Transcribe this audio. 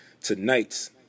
tonight's